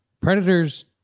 Predators